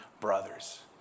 brothers